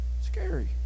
scary